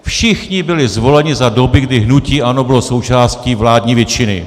Všichni byli zvoleni za doby, kdy hnutí ANO bylo součástí vládní většiny.